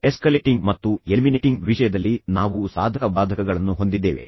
escalating ಮತ್ತು eliminating ವಿಷಯದಲ್ಲಿ ನಾವು ಸಾಧಕ ಬಾಧಕಗಳನ್ನು ಹೊಂದಿದ್ದೇವೆ